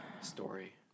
story